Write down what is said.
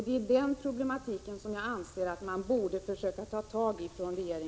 Det är dessa problem jag anser att regeringen borde försöka ta tag i.